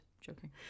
Joking